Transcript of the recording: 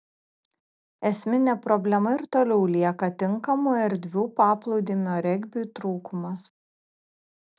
esminė problema ir toliau lieka tinkamų erdvių paplūdimio regbiui trūkumas